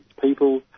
people